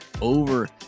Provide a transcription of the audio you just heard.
over